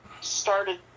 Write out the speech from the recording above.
started